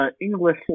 English